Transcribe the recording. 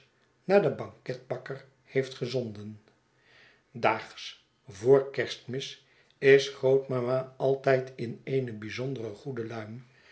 naar den banketbakker heeft gezonden daags voor kerstmis is grootmama altijd in eene bijzonder goede luim